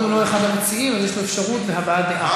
אורן הוא לא אחד המציעים אז יש לו אפשרות להבעת דעה.